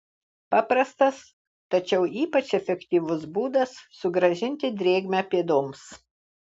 paprastas tačiau ypač efektyvus būdas sugrąžinti drėgmę pėdoms